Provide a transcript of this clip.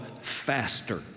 Faster